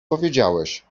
powiedziałeś